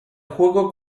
juego